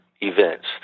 events